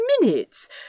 minutes